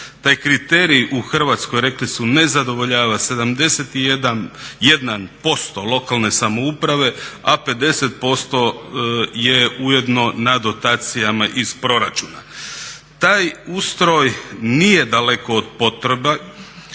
Taj kriterij u Hrvatskoj rekli su ne zadovoljava 71% lokalne samouprave a 50% je ujedno na dotacijama iz proračuna. Taj ustroj nije daleko od potreba